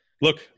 look